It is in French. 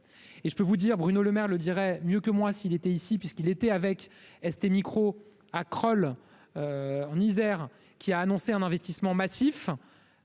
et je peux vous dire Bruno Lemaire le dirait mieux que moi, s'il était ici puisqu'il était avec STMicro à Crolles, en Isère, qui a annoncé un investissement massif